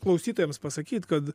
klausytojams pasakyt kad